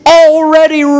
already